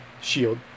shield